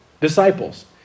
disciples